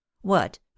What